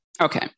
Okay